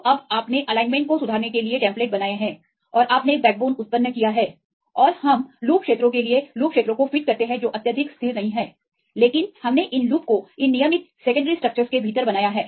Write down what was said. तो अब आपनेएलाइनमेंट को सुधारने के लिए टेम्प्लेट किए हैं और आपने बैकबोन उत्पन्न किया है और हम लूप क्षेत्रों के लिए लूप क्षेत्रों को फिट करते हैं जो अत्यधिक स्थिर नहीं हैं लेकिन हमने इन लूप को इन नियमित सेकेंडरी स्ट्रक्चरस के भीतर बनाया है